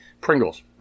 Pringles